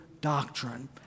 doctrine